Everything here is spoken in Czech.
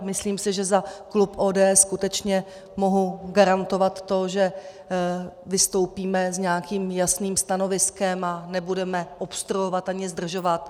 Myslím si, že za klub ODS skutečně mohu garantovat to, že vystoupíme s nějakým jasným stanoviskem a nebudeme obstruovat ani zdržovat.